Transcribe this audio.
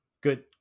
Good